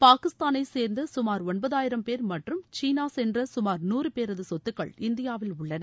பாகிஸ்தானைச் சேர்ந்த சுமார் ஒன்பதாயிரம் பேர் மற்றும் சீனா சென்ற சுமார் நூறு பேரது சொத்துக்கள் இந்தியாவில் உள்ளன